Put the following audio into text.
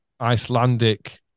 icelandic